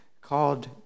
called